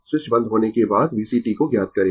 switch बंद होने के बाद VCt को ज्ञात करें